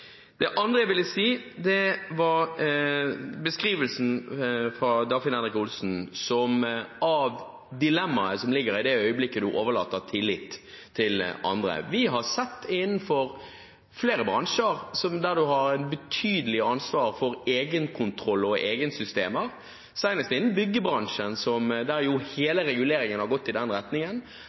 Det andre jeg ville kommentere, var Dagfinn Henrik Olsens beskrivelse av dilemmaet som oppstår i det øyeblikket du overlater tillit til andre. Vi har sett veldig klart at innenfor flere bransjer, der du har betydelig ansvar for egenkontroll og egensystemer – senest innen byggebransjen, der jo hele reguleringen har gått i den retningen